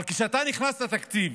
אבל כשאתה נכנס לתקציב